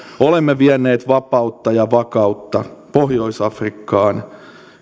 olemme vieneet vapautta ja vakautta pohjois afrikkaan